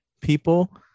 people